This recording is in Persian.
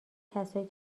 کسایی